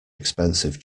expensive